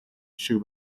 шиг